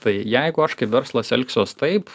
tai jeigu aš kaip verslas elgsiuos taip